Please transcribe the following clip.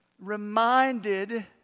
reminded